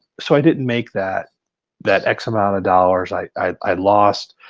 so i didn't make that that x amount of dollars, i i lost.